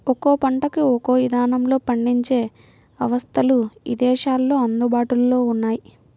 ఒక్కో పంటకు ఒక్కో ఇదానంలో పండించే అవస్థలు ఇదేశాల్లో అందుబాటులో ఉన్నయ్యి